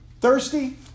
Thirsty